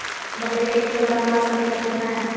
बकरी के एक किलोग्राम मांस का कीमत कितना है?